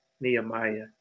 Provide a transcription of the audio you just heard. Nehemiah